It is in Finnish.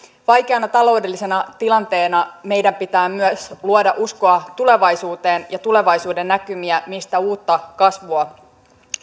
vaikeassa taloudellisessa tilanteessa meidän pitää myös luoda uskoa tulevaisuuteen ja tulevaisuuden näkymiä siitä mistä uutta kasvua